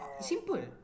simple